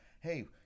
hey